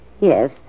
Yes